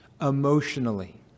Emotionally